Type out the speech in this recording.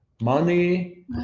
money